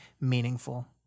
meaningful